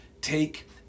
Take